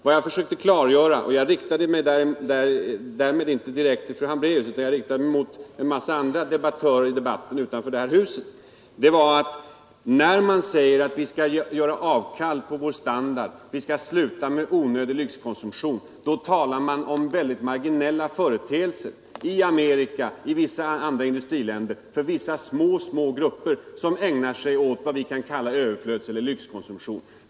Vad jag försökte klargöra — och jag riktade mig därmed inte direkt till fru Hambraeus utan främst till andra deltagare i debatten utanför det här huset — det var att när man säger att vi skall göra avkall på vår standard, att vi skall sluta med onödig lyxkonsumtion, då talar man om väldigt marginella företeelser i Amerika och vissa andra industriländer. Det gäller vissa begränsade grupper som ägnar sig åt, vad vi kan kalla, överflödseller lyxkonsumtion.